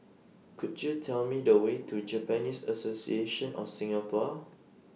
Could YOU Tell Me The Way to Japanese Association of Singapore